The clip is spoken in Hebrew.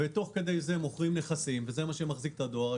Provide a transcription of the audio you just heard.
תוך כדי זה מוכרים נכסים, שזה מה שמחזיק את הדואר.